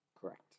Correct